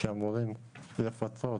שאמורות לפצות